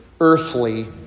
earthly